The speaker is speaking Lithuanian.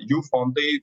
jų fondai